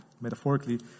metaphorically